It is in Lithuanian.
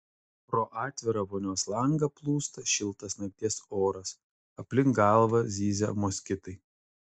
pro atvirą vonios langą plūsta šiltas nakties oras aplink galvą zyzia moskitai